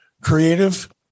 creative